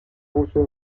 puso